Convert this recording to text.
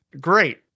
great